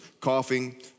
Coughing